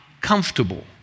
comfortable